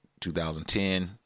2010